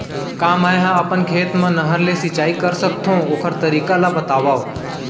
का मै ह अपन खेत मा नहर से सिंचाई कर सकथो, ओखर तरीका ला बतावव?